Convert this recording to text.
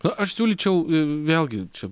na aš siūlyčiau vėlgi čia